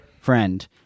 friend